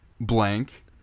blank